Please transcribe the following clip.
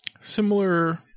similar